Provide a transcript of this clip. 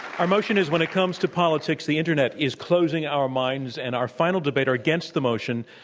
our motion is, when it comes to politics, the internet is closing our minds. and our final debater against the motion,